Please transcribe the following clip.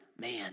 man